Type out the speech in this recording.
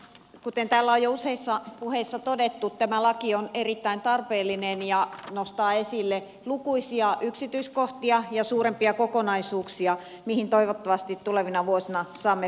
kuten täällä on jo useissa puheissa todettu tämä laki on erittäin tarpeellinen ja nostaa esille lukuisia yksityiskohtia ja suurempia kokonaisuuksia mihin toivottavasti tulevina vuosina saamme parannusta